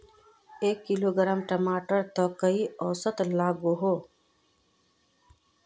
एक किलोग्राम टमाटर त कई औसत लागोहो?